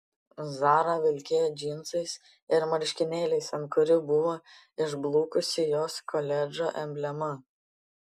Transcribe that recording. zara vilkėjo džinsais ir marškinėliais ant kurių buvo išblukusi jos koledžo emblema